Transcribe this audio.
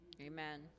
Amen